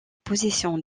position